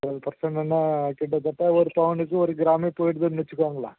twelve பர்சண்ட்டுன்னா கிட்டத்தட்ட ஒரு பவுனுக்கு ஒரு கிராமே போயிடுதுன்னு வச்சுக்கோங்களேன்